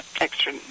extra